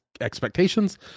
expectations